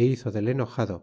é hizo del enojado